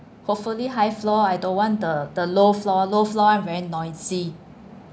hopefully high floor I don't want the the low floor low floor [one] very noisy